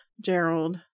Gerald